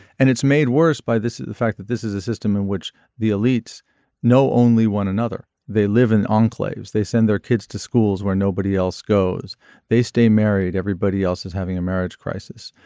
and it's made worse by this is the fact that this is a system in which the elites know only one another they live in enclaves they send their kids to schools where nobody else goes they stay married everybody else is having a marriage crisis.